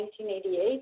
1988